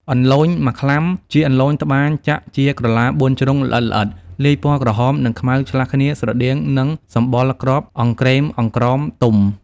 អន្លូញមក្លាំ ជាអន្លូញត្បាញចាក់ជាក្រឡាបួនជ្រុងល្អិតៗ លាយព័ណ៌ក្រហមនិងខ្មៅឆ្លាស់គ្នាស្រដៀងនឹងសម្បុរគ្រាប់អង្ក្រេមអង្ក្រមទុំ។